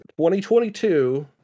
2022